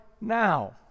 now